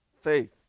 faith